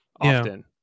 often